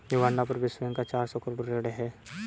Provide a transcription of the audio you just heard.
Uganda पर विश्व bank का चार सौ करोड़ ऋण है